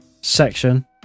section